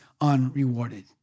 unrewarded